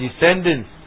descendants